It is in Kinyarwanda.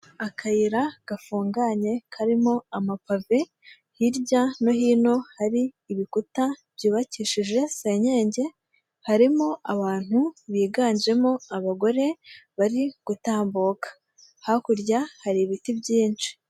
Akayira gafunganye karimo amapave, hirya no hino hari ibikuta byubakishije senyenge, harimo abantu biganjemo abagore bari gutambuka, hakurya hari ibiti byinshi.